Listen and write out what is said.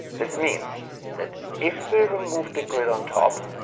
this means that if we remove the grid on top